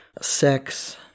sex